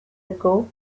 ago